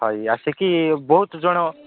ହଇ ଆସିକି ବହୁତ ଜଣ